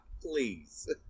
Please